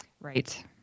Right